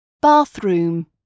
bathroom